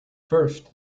first